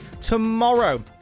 tomorrow